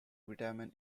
vitamin